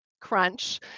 crunch